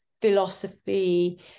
philosophy